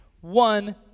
one